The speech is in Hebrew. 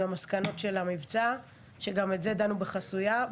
המסקנות של המבצע שגם הם היו בוועדה החסויה,